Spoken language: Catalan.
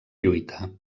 lluita